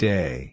Day